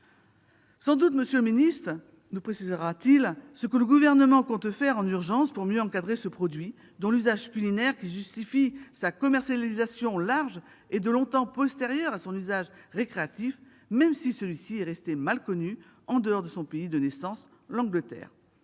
Sans doute M. le secrétaire d'État nous précisera-t-il ce que le Gouvernement compte faire en urgence pour mieux encadrer ce produit, dont l'usage culinaire, qui justifie sa commercialisation large, est de longtemps postérieur à son usage récréatif, même si celui-ci est resté mal connu en dehors de son pays de naissance, le